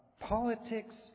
politics